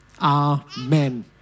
amen